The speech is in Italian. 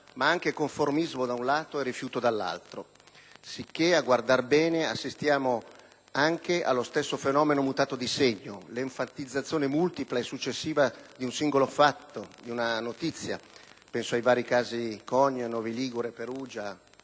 ma anche conformismo, da un lato, e rifiuto, dall'altro. Sicché, a guardar bene, assistiamo anche allo stesso fenomeno mutato di segno: l'enfatizzazione multipla e successiva di un singolo fatto, di una notizia (penso ai vari casi Cogne, Novi Ligure, Perugia,